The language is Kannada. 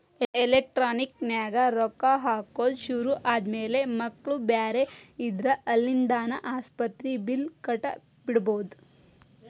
ಎಲೆಕ್ಟ್ರಾನಿಕ್ ನ್ಯಾಗ ರೊಕ್ಕಾ ಹಾಕೊದ್ ಶುರು ಆದ್ಮ್ಯಾಲೆ ಮಕ್ಳು ಬ್ಯಾರೆ ಇದ್ರ ಅಲ್ಲಿಂದಾನ ಆಸ್ಪತ್ರಿ ಬಿಲ್ಲ್ ಕಟ ಬಿಡ್ಬೊದ್